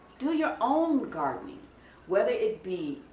do your own gardening whether it be,